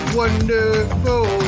wonderful